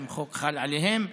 אם החוק חל עליהם,